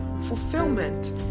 fulfillment